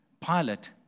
Pilate